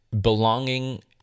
belonging